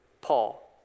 Paul